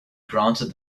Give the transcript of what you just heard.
granted